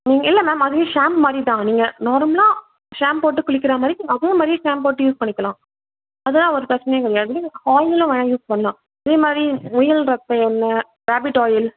நீங்கள் இல்லை மேம் அது ஷாம்ப் மாதிரிதான் நீங்கள் நார்மலாக ஷாம்ப் போட்டு குளிக்கிற மாதிரி அதே மாதிரி ஷாம்ப் போட்டு யூஸ் பண்ணிக்கலாம் அதெல்லாம் ஒரு பிரச்சினையும் கிடையாது ஆயிலும் வேணால் யூஸ் பண்ணலாம் இதே மாதிரி முயல் ரத்த எண்ணெய் ராபிட் ஆயில்